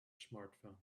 smartphone